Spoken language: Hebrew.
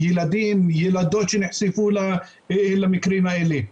ילדים וילדות שנחשפו למקרים האלה.